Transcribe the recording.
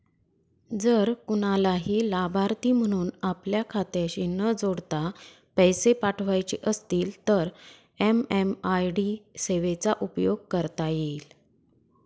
जर कुणालाही लाभार्थी म्हणून आपल्या खात्याशी न जोडता पैसे पाठवायचे असतील तर एम.एम.आय.डी सेवेचा उपयोग करता येईल